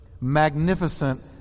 Magnificent